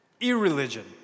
irreligion